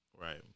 Right